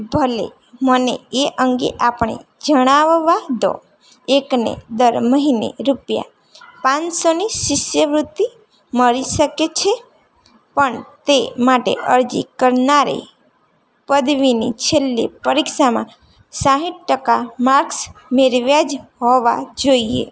ભલે મને એ અંગે આપને જણાવવા દો એકને દર મહિને રૂપિયા પાંચસોની શિષ્યવૃત્તિ મળી શકે છે પણ તે માટે અરજી કરનારે પદવીની છેલ્લી પરીક્ષામાં સાઠ ટકા માર્કસ મેળવ્યા જ હોવા જોઈએ